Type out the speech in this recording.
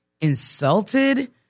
insulted